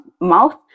mouth